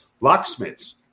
locksmiths